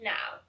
Now